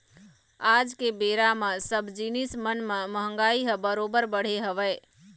आज के बेरा म सब जिनिस मन म महगाई ह बरोबर बढ़े हवय